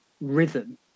rhythm